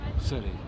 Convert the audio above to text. city